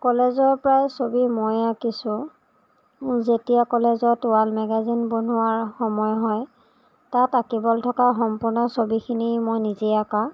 কলেজৰ প্ৰায় ছবি ময়ে আঁকিছোঁ যেতিয়া কলেজত ৱাল মেগাজিন বনোৱাৰ সময় হয় তাত আঁকিবলে থকা সম্পূৰ্ণ ছবিখিনি মই নিজে অঁকা